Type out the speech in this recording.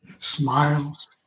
smiles